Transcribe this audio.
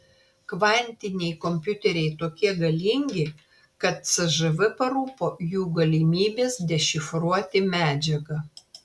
kvantiniai kompiuteriai tokie galingi kad cžv parūpo jų galimybės dešifruoti medžiagą